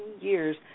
years